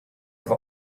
i’ve